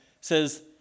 says